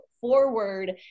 forward